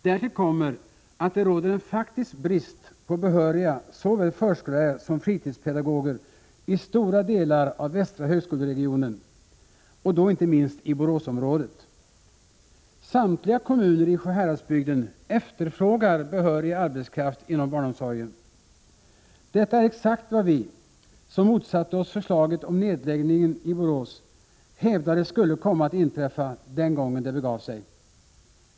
Därtill kommer att det råder en faktisk brist på behöriga såväl förskollärare som fritidspedagoger i stora delar av västra högskoleregionen och då inte minst i Boråsområdet. Samtliga kommuner i Sjuhäradsbygden efterfrågar behörig arbetskraft inom barnomsorgen. Detta är exakt vad vi, som motsatte oss förslaget om nedläggningen i Borås, hävdade skulle komma att inträffa den gången det begav sig.